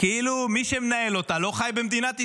כאילו מי שמנהל אותה לא חי במדינת ישראל.